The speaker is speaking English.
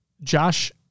Josh